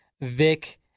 Vic